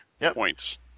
points